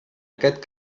aquest